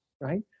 Right